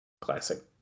Classic